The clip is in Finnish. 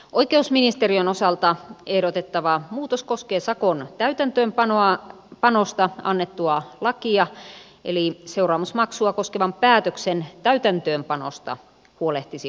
oikeusministeriön osalta ehdotettava muutos koskee sakon täytäntöönpanosta annettua lakia eli seuraamusmaksua koskevan päätöksen täytäntöönpanosta huolehtisi oikeusrekisterikeskus